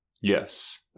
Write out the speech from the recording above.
Yes